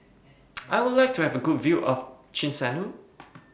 I Would like to Have A Good View of Chisinau